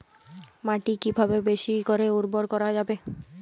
মাটি কিভাবে বেশী করে উর্বর করা যাবে?